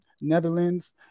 Netherlands